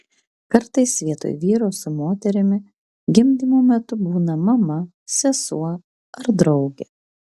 kartais vietoj vyro su moterimi gimdymo metu būna mama sesuo ar draugė